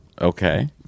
okay